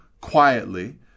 quietly